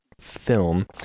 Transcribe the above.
film